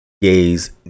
Gay's